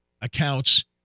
accounts